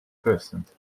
percent